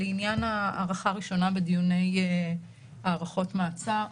לעניין הארכה ראשונה בדיוני הארכות מעצר,